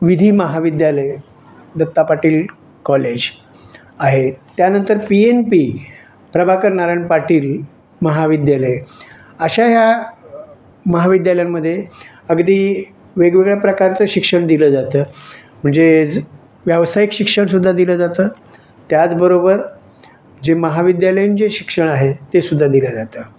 विधी महाविद्यालय दत्ता पाटील कॉलेज आहे त्यानंतर P N P Prabhakar Narayan Patil महाविद्यालय अशा ह्या महाविद्यालयांमध्ये अगदी वेगवेगळ्या प्रकारचं शिक्षण दिलं जातं म्हणजेच व्यावसायिक शिक्षणसुद्धा दिलं जातं त्याचबरोबर जे महाविद्यालयीन जे शिक्षण आहे तेसुद्धा दिलं जातं